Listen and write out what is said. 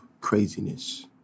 craziness